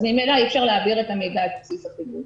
אז ממילא אי אפשר להעביר את המידע סביב החיווי.